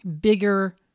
bigger